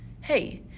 Hey